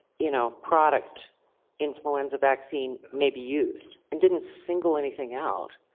you know product influenza vaccine may be used and didn't single anything out,